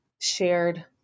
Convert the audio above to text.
shared